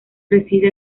reside